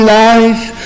life